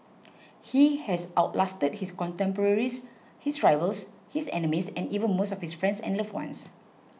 he has out lasted his contemporaries his rivals his enemies and even most of his friends and loved ones